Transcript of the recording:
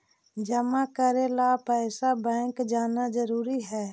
जमा करे ला पैसा बैंक जाना जरूरी है?